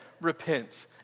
repent